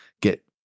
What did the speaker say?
get